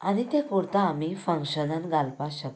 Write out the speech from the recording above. आनीं तें कुर्ता आमी फंक्शनाक घालपाक शकतात